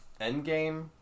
Endgame